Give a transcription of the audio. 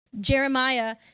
Jeremiah